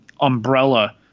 umbrella